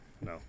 no